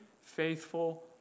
faithful